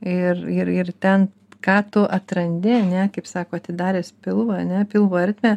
ir ir ir ten ką tu atrandi ne kaip sako atidaręs pilvą ne pilvo ertmę